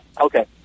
Okay